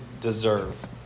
deserve